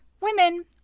Women